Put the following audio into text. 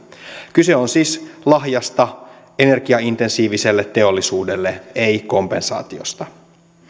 kyse on siis lahjasta energiaintensiiviselle teollisuudelle ei kompensaatiosta